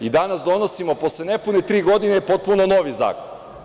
I danas donosimo, posle nepune tri godine, potpuno novi zakon.